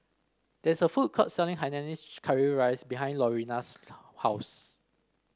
there is a food court selling Hainanese Curry Rice behind Lurena's house